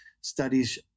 studies